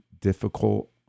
difficult